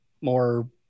more